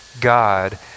God